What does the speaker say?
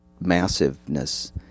massiveness